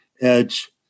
edge